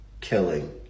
killing